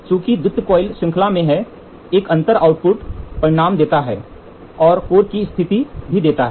चूंकि द्वितीयक कॉइल श्रृंखला में हैं एक अंतर आउटपुट परिणाम देता है और कोर की स्थिति देता है